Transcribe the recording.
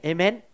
Amen